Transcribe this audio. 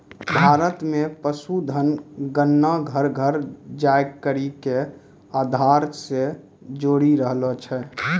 भारत मे पशुधन गणना घर घर जाय करि के आधार से जोरी रहलो छै